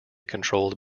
controlled